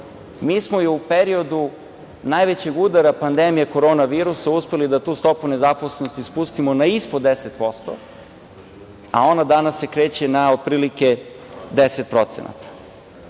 Mi smo je u periodu najvećeg udara pandemije korona virusa uspeli da tu stopu nezaposlenosti spustimo na ispod 10%, a ona se danas kreće na otprilike